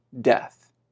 death